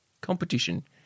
competition